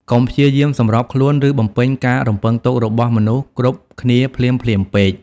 កុំព្យាយាមសម្របខ្លួន ឬបំពេញការរំពឹងទុករបស់មនុស្សគ្រប់គ្នាភ្លាមៗពេក។